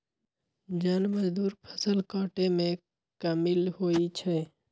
जन मजदुर फ़सल काटेमें कामिल होइ छइ